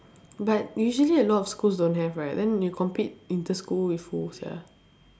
but usually a lot of schools don't have right then you compete inter-school with who sia